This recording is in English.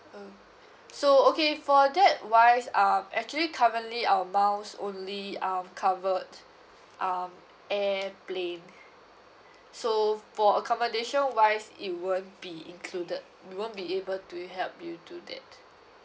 oh so okay for that wise um actually currently our miles only um covered um airplane so for accommodation wise it won't be included we won't be able to help you to that